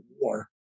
War